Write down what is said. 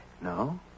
No